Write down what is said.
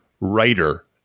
writer